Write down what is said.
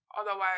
Otherwise